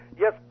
Yes